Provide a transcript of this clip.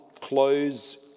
close